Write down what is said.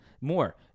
more